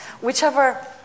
Whichever